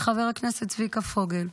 ולחבר הכנסת צביקה פוגל,